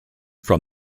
from